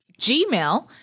Gmail